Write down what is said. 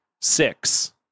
six